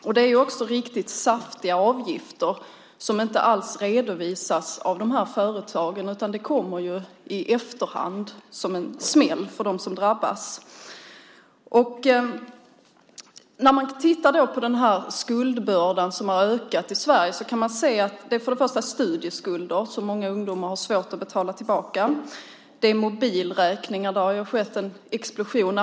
Det handlar också om riktigt saftiga avgifter som inte alls redovisas av de här företagen, utan de kommer i efterhand som en smäll för dem som drabbas. När man tittar på skuldbördan, som har ökat i Sverige, kan man se att det för det första är studieskulder, som många ungdomar har svårt att betala tillbaka. Det är mobilräkningar. Det har skett en explosion där.